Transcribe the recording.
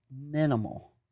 minimal